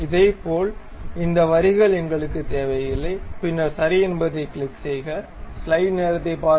இதேபோல் இந்த வரிகள் எங்களுக்கு தேவையில்லை பின்னர் சரி என்பதைக் கிளிக் செய்க